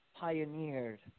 pioneered